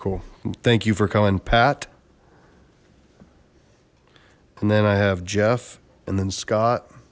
cool thank you for coming pat and then i have jeff and then scott